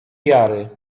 jary